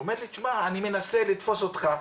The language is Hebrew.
הוא אומר לי, תשמע, אני מנסה לתפוס אותך.